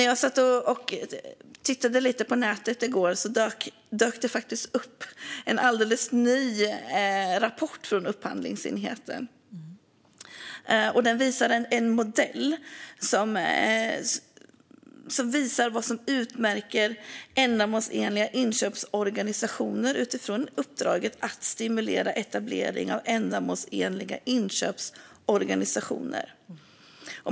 Jag satt och tittade lite på nätet i går, och då dök det upp en alldeles ny rapport från Upphandlingsmyndigheten. Den visade en modell för vad som utmärker ändamålsenliga inköpsorganisationer utifrån uppdraget att stimulera etablering av ändamålsenliga inköpsorganisationer.